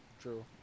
true